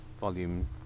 volume